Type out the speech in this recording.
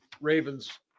Ravens